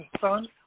son